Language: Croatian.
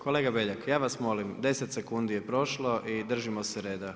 Kolega Beljak, ja vas molim, 10 sekundi je prošlo i držimo se reda.